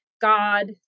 god